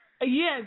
Yes